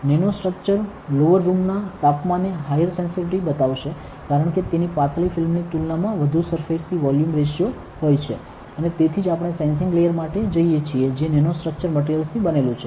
nano structure lower રૂમના તાપમાને higher sensitivity બતાવશે કારણ કે તેની પાતળી ફિલ્મની તુલનામાં વધુ સરફેસ થી વોલ્યુમ રેશિયો હોય છે અને તેથી જ આપણે સેન્સિંગ લેયર માટે જઈએ છીએ જે નેનો સ્ટ્રક્ચર મટિરિયલ્સ થી બનેલુ છે